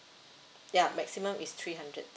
ya maximum is three hundred